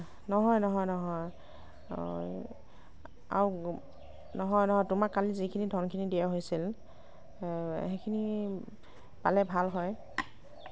নহয় নহয় নহয় নহয় নহয় তোমাক কালি যিখিনি ধনখিনি দিয়া হৈছিল সেইখিনি পালে ভাল হয়